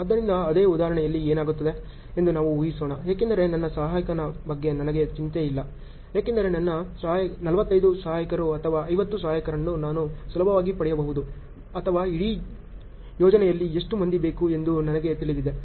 ಆದ್ದರಿಂದ ಅದೇ ಉದಾಹರಣೆಯಲ್ಲಿ ಏನಾಗುತ್ತದೆ ಎಂದು ನಾವು ಹೂಹಿಸೋಣ ಏಕೆಂದರೆ ನನ್ನ ಸಹಾಯಕನ ಬಗ್ಗೆ ನನಗೆ ಚಿಂತೆ ಇಲ್ಲ ಏಕೆಂದರೆ ನನ್ನ 45 ಸಹಾಯಕರು ಅಥವಾ 50 ಸಹಾಯಕರನ್ನು ನಾನು ಸುಲಭವಾಗಿ ಪಡೆಯಬಹುದು ಅಥವಾ ಇಡೀ ಯೋಜನೆಯಲ್ಲಿ ಎಷ್ಟು ಮಂದಿ ಬೇಕು ಎಂದು ನನಗೆ ತಿಳಿದಿದೆ